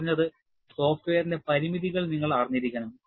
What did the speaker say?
കുറഞ്ഞത് സോഫ്റ്റ്വെയറിന്റെ പരിമിതികൾ നിങ്ങൾ അറിഞ്ഞിരിക്കണം